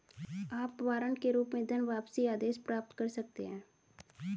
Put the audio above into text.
आप वारंट के रूप में धनवापसी आदेश प्राप्त कर सकते हैं